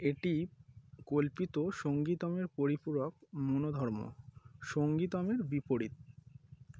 এটি কল্পিত সঙ্গীতমের পরিপূরক মনোধর্ম সঙ্গীতমের বিপরীত